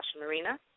Marina